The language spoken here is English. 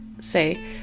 say